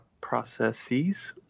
processes